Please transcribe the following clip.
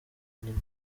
nyina